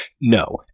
no